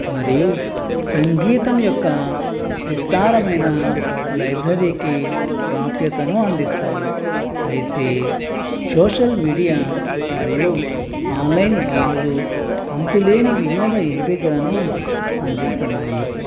మరియు సంగీతం యొక్క విస్తారమైన లైబ్రరీకి ప్రాప్యతను అందిస్తాయి అయితే సోషల్ మీడియా మరియు ఆన్లైన్ గేములు అంతులేని వినోద ఎంపికలను అందిస్తున్నాయి